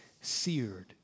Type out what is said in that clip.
seared